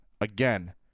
Again